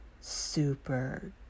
super